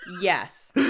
Yes